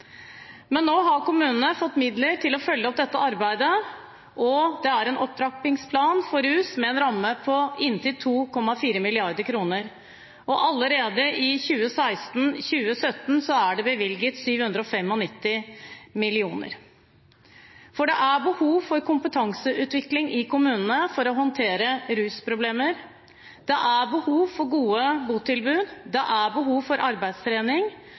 Men nå har kommunene fått midler til å følge opp dette arbeidet, og det er en opptrappingsplan for rus med en ramme på inntil 2,4 mrd. kr. Og allerede for 2016–2017 er det bevilget 795 mill. kr. Det er behov for kompetanseutvikling i kommunene for å håndtere rusproblemer. Det er behov for gode botilbud, det er behov for arbeidstrening,